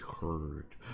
heard